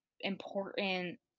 important